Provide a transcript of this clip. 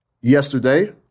yesterday